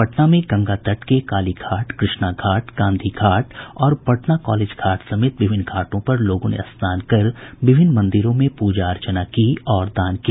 पटना में गंगा तट के काली घाट कृष्णा घाट गांधी घाट पटना कॉलेज घाट समेत विभिन्न घाटों पर लोगों ने स्नान कर विभिन्न मंदिरों में पूजा अर्चना की और दान किया